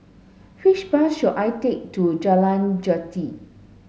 which bus should I take to Jalan Jati